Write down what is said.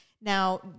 Now